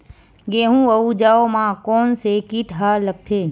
गेहूं अउ जौ मा कोन से कीट हा लगथे?